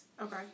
okay